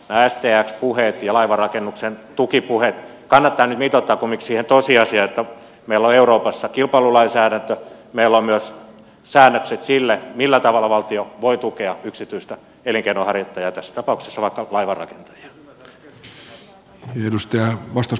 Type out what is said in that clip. stx puheet ja laivanrakennuksen tukipuheet kannattaa nyt mitoittaa kumminkin siihen tosiasiaan että meillä on euroopassa kilpailulainsäädäntö meillä on myös säännökset sille millä tavalla valtio voi tukea yksityistä elinkeinonharjoittajaa ja tässä tapauksessa vaikka laivanrakentajaa